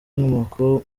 inkomoko